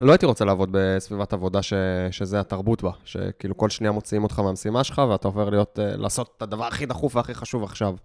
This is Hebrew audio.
לא הייתי רוצה לעבוד בסביבת עבודה, שזה התרבות בה. שכאילו כל שניה מוציאים אותך ממשימה שלך, ואתה עובר להיות לעשות את הדבר הכי דחוף והכי חשוב עכשיו.